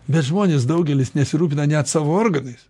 bet žmonės daugelis nesirūpina net savo organais